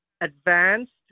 Advanced